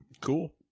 Cool